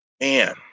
man